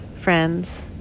friends